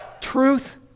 Truth